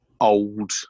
old